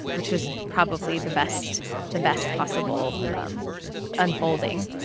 which is probably the best the best possible um unfolding